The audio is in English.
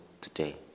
today